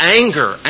anger